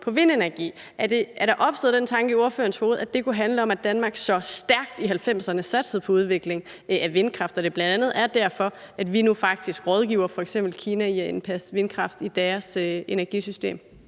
for vindkraft. Er der opstået den tanke i ordførerens hoved, at det kunne handle om, at Danmark i 1990'erne satsede så stærkt udvikling af vindkraft, og at det bl.a. er derfor, at vi nu faktisk rådgiver f.eks. Kina i forhold til at indpasse vindkraft i deres energisystem?